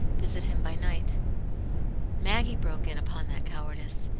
visit him by night maggie broke in upon that cowardice,